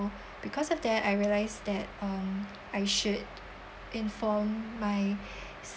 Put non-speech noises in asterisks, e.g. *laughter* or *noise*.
because of that I realise that um I should inform my *breath*